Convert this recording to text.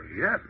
yes